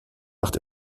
macht